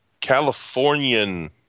Californian